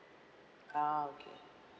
ah okay